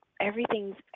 Everything's